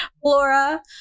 flora